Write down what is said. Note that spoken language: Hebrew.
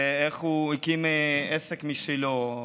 איך הוא הקים עסק משלו,